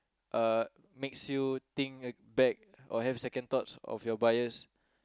uh makes you think back or have second thoughts of your bias